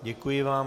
Děkuji vám.